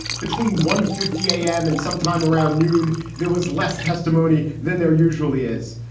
between one fifty a m. and sometime around noon. there was less testimony than there usually is.